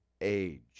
age